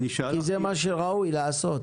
כי זה מה שראוי לעשות,